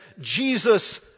Jesus